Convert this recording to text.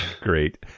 Great